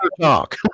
talk